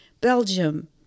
Belgium